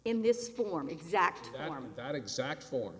in this for